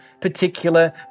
particular